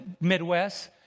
Midwest